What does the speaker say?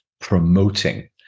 promoting